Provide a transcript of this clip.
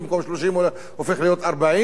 ובמקום 30 הופך להיות 40,